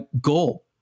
goal